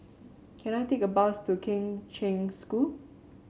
can I take a bus to Kheng Cheng School